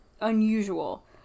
unusual